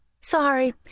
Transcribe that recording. Sorry